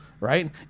Right